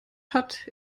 hat